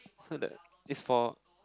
so that is for